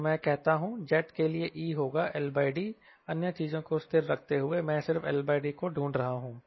तो मैं कहता हूं जेट के लिए E होगा LD अन्य चीजों को स्थिर रखते हुए मैं सिर्फ LD को ढूंढ रहा हूं